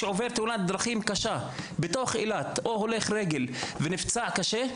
שעובר תאונת דרכים קשה באילת או הולך רגל שנפצע קשה,